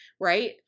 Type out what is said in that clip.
right